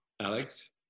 Alex